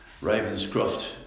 Ravenscroft